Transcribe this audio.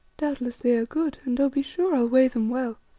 doubtless they are good, and, oh! be sure i'll weigh them well.